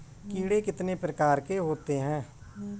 कीड़े कितने प्रकार के होते हैं?